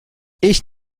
ich